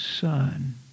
son